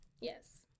Yes